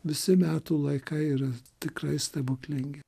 visi metų laikai yra tikrai stebuklingi